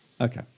Okay